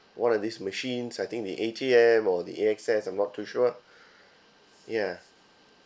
one of these machines I think the A_T_M or the A_X_S I'm not too sure ya